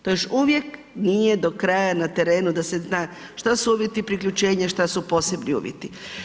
To još uvijek nije do kraja na terenu, da se zna, što su uvjeti priključeni, što su posebni uvjeti.